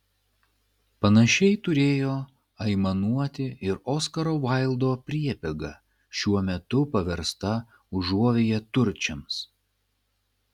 panašiai turėjo aimanuoti ir oskaro vaildo priebėga šiuo metu paversta užuovėja turčiams